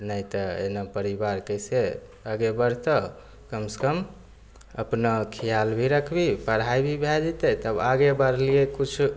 नहि तऽ एना परिवार कइसे आगू बढ़तौ कमसे कम अपना खिआल भी रखबही पढ़ाइ भी भै जेतै तब आगे बढ़लिए किछु